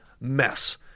mess